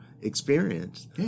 experience